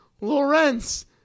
Lawrence